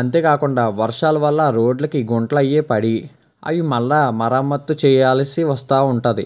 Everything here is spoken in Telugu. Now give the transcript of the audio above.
అంతేగాకుండా వర్షాలు వల్ల రోడ్లకి గుంటలవి పడి అవి మళ్ళీ మరమ్మత్తు చేయాల్సి వస్తూ ఉంటుంది